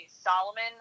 Solomon